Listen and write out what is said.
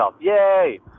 Yay